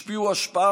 השפיעו השפעה